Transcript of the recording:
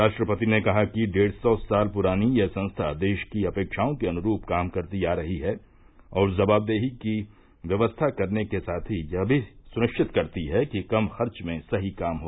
राष्ट्रपति ने कहा कि डेढ़ सौ साल पुरानी यह संस्था देश की अपेक्षाओं के अनुरूप काम करती आ रही है और जवाबदेही की व्यवस्था करने के साथ ही यह भी सुनिश्चित करती है कि कम खर्च में सही काम हो